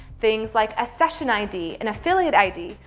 things like a session id. an affiliate id.